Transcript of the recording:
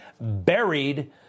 buried